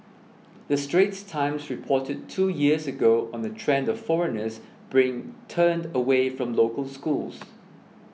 the Straits Times reported two years ago on the trend of foreigners bring turned away from local schools